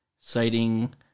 citing